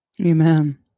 Amen